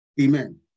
Amen